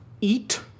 eat